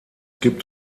gibt